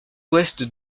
ouest